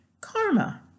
karma